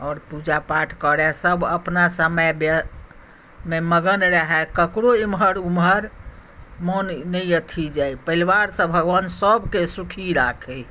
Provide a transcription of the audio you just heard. आओर पूजा पाठ करए सभ अपना समयमे मगन रहए ककरो एमहर उमहर मोन नहि अथी जाय परिवारसँ भगवान सभके सुखी रखथि